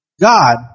God